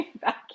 back